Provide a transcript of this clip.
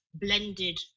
blended